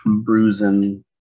bruising